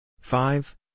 Five